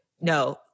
no